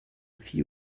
fit